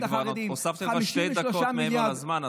כבר הוספתי לך שתי דקות מעבר לזמן.